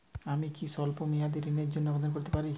আমি কি স্বল্প মেয়াদি ঋণের জন্যে আবেদন করতে পারি?